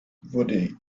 wurde